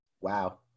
Wow